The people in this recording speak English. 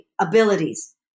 abilities